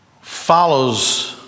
follows